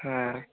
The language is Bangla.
হ্যাঁ